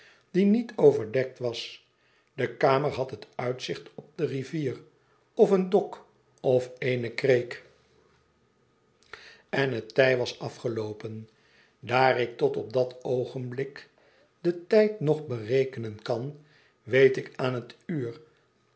die niet overdekt was de kamer had het uitzicht op de rivier of een dok of eene kreek tij was afgeloopen daar ik tot op dat oogenblik den tijd nog berekenen kan weet ik aan het uur